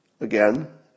Again